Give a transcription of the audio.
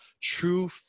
true